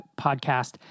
podcast